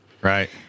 Right